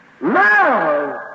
love